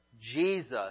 Jesus